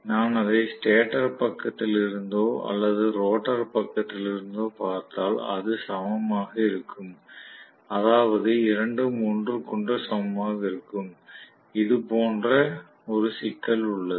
நான் அதை ஸ்டேட்டர் பக்கத்திலிருந்தோ அல்லது ரோட்டார் பக்கத்திலிருந்தோ பார்த்தால் அது சமமாக இருக்கும் அதாவது இரண்டும் ஒன்றுக்கொன்று சமமாக இருக்கும் இது போன்ற ஒரு சிக்கல் உள்ளது